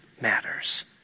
matters